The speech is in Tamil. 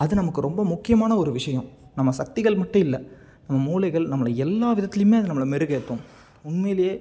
அது நமக்கு ரொம்ப முக்கியமான ஒரு விஷயம் நம்ம சக்திகள் மட்டும் இல்லை நம்ம மூலைகள் நம்மளை எல்லா விதத்துலையும் அது நம்மளை மெருகேற்றும் உண்மையிலேயே